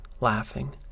laughing